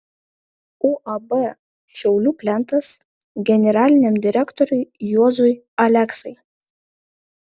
uab šiaulių plentas generaliniam direktoriui juozui aleksai